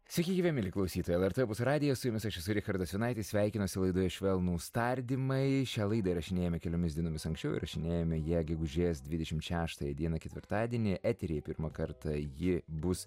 sveiki gyvi mieli klausytojai lrt opus radijas su jumis aš esu richardas jonaitis sveikinuosi laidoje švelnūs tardymai šią laidą įrašinėjame keliomis dienomis anksčiau įrašinėjame ją gegužės dvidešimt šeštąją dieną ketvirtadienį eteryje pirmą kartą ji bus